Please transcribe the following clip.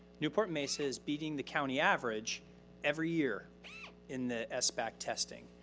newport mesa is beating the county average every year in the sbac testing.